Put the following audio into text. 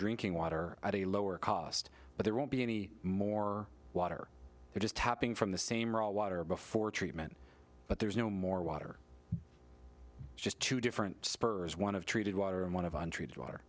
drinking water at a lower cost but there won't be any more water just happening from the same or all water before treatment but there is no more water just two different spurs one of treated water and one of untreated water